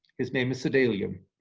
his name is cedalion.